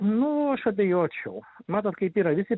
nu aš abejočiau matot kaip yra visi